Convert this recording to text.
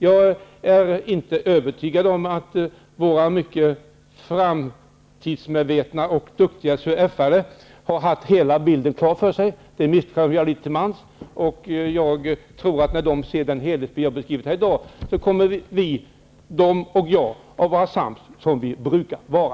Jag är inte övertygad om att våra mycket framtidsmedvetna och duktiga CUF-are har haft hela bilden klar för sig. Jag tror att när de ser den helhet som vi har beskrivit här i dag kommer vi -- de och jag -- att vara sams såsom vi brukar vara.